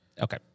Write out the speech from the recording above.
okay